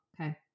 okay